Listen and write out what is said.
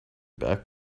back